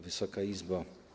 Wysoka Izbo!